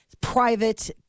private